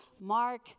mark